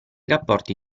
rapporti